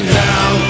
down